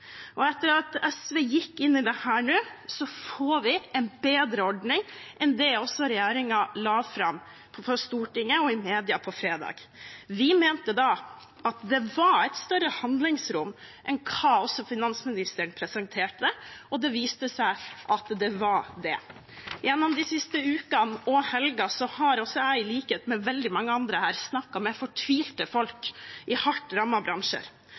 og etter at SV gikk inn i dette nå, får vi også en bedre ordning enn den regjeringen la fram for Stortinget og i mediene på fredag. Vi mente da at det var et større handlingsrom enn hva finansministeren presenterte, og det viste seg at det var det. Gjennom de siste ukene og helgen har også jeg, i likhet med veldig mange andre her, snakket med fortvilte folk i hardt